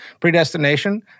predestination